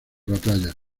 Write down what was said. batallas